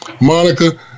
Monica